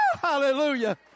hallelujah